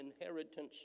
inheritance